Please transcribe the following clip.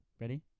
Ready